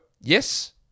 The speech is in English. yes